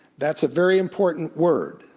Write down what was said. that's a very important word.